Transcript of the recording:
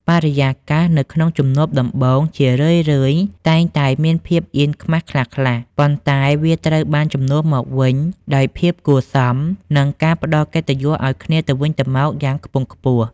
បរិយាកាសនៅក្នុងជំនួបដំបូងជារឿយៗតែងតែមានភាពអៀនខ្មាសខ្លះៗ ប៉ុន្តែវាត្រូវបានជំនួសមកវិញដោយភាពគួរសម និងការផ្ដល់កិត្តិយសឱ្យគ្នាទៅវិញទៅមកយ៉ាងខ្ពង់ខ្ពស់។